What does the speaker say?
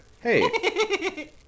Hey